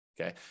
Okay